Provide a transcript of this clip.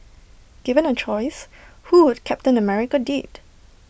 given A choice who would captain America date